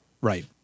Right